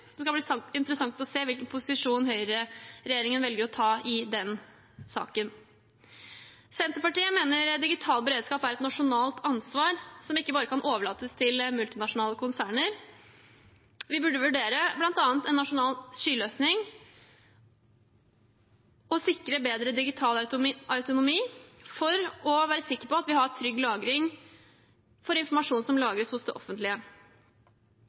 Det skal bli interessant å se hvilken posisjon høyreregjeringen velger å ta i den saken. Senterpartiet mener digital beredskap er et nasjonalt ansvar som ikke bare kan overlates til multinasjonale konserner. Vi burde vurdere bl.a. en nasjonal skyløsning og sikre bedre digital autonomi for å være sikre på at vi har trygg lagring av informasjon som lagres hos det offentlige.